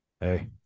Hey